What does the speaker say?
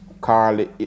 Carly